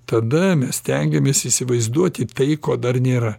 tada mes stengiamės įsivaizduoti tai ko dar nėra